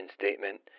statement